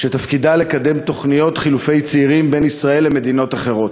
שתפקידה לקדם תוכניות חילופי צעירים בין ישראל למדינות אחרות.